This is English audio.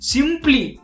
Simply